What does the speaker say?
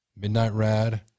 midnightrad